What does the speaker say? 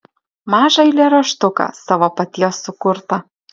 mažą eilėraštuką savo paties sukurtą